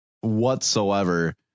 whatsoever